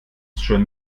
schon